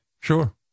sure